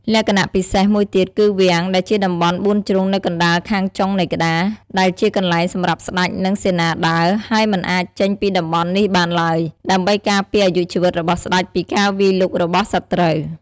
លក្ខណៈពិសេសមួយទៀតគឺ វាំង ដែលជាតំបន់បួនជ្រុងនៅកណ្តាលខាងចុងនៃក្តារ ដែលជាកន្លែងសម្រាប់ស្តេច និងសេនាដើរ ហើយមិនអាចចេញពីតំបន់នេះបានឡើយ ដើម្បីការពារអាយុជីវិតរបស់ស្តេចពីការវាយលុករបស់សត្រូវ។